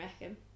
reckon